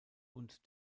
und